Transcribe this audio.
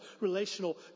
relational